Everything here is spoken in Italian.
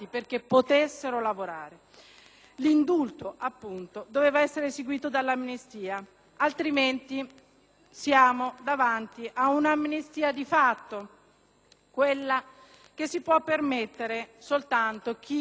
L'indulto doveva essere seguito dall'amnistia. Siamo invece davanti ad una amnistia di fatto, quella che si può permettere soltanto chi ha dei buoni avvocati,